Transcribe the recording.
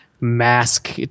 mask